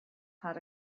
had